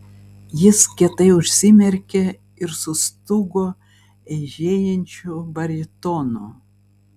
jis kietai užsimerkė ir sustūgo eižėjančiu baritonu